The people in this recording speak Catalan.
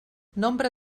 nombre